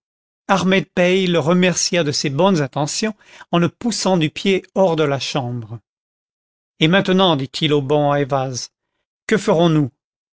l'ambert ahmed bey le remercia de ses bonnes intentions en le poussant du pied hors de la chambre et maintenant dit-il au bon ayvaz qua ferons-nous